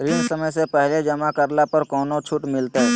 ऋण समय से पहले जमा करला पर कौनो छुट मिलतैय?